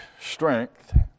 strength